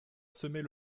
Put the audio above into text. semer